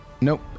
nope